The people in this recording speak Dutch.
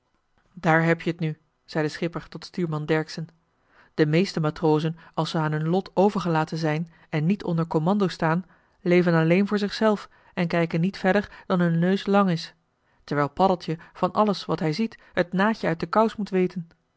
daar heb-je t nu zei de schipper tot stuurman dercksen de meeste matrozen als ze aan hun lot overgelaten zijn en niet onder kommando staan leven alleen voor zichzelf en kijken niet verder dan hun neus lang is terwijl paddeltje van alles wat hij ziet joh h been paddeltje de scheepsjongen van michiel de ruijter het naadje uit de kous moet weten